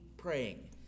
Praying